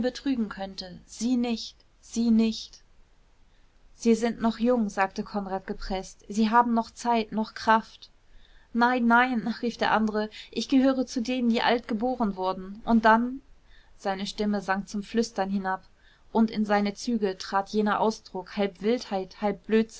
betrügen könnte sie nicht sie nicht sie sind noch jung sagte konrad gepreßt sie haben noch zeit noch kraft nein nein rief der andere ich gehöre zu denen die alt geboren wurden und dann seine stimme sank zum flüstern hinab und in seine züge trat jener ausdruck halb wildheit